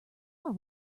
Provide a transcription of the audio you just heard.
are